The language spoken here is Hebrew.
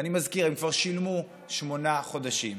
ואני מזכיר: הם כבר שילמו שמונה חודשים.